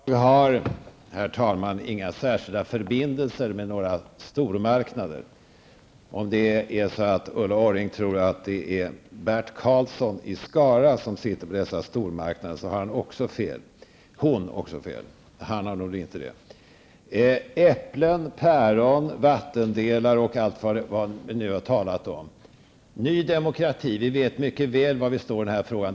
Herr talman! Jag har inga särskilda förbindelser med några stormarknader. Om Ulla Orring tror att Bert Karlsson i Skara sitter på dessa stormarknader har hon också fel. Här har talats om äpplen, päron, vattendelare och allt vad det är. Vi i Ny Demokrati vet mycket väl var vi står i den här frågan.